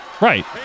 Right